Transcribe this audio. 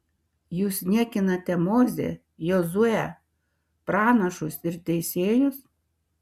jūs niekinate mozę jozuę pranašus ir teisėjus